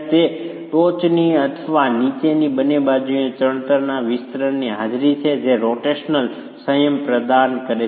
તે ટોચની અથવા નીચેની બંને બાજુએ ચણતરના વિસ્તરણની હાજરી છે જે રોટેશનલ સંયમ પ્રદાન કરે છે